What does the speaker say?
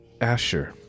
Asher